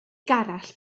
gerallt